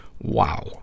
Wow